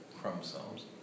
chromosomes